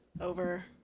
over